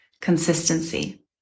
consistency